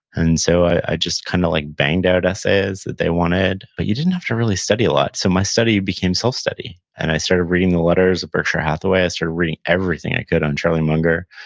and so, i just kind of like banged out essays that they wanted but, you didn't have to really study a lot, so my study became self-study, and i started reading the letters of berkshire hathaway. i started reading everything i could on charlie munger,